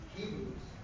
Hebrews